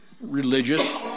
religious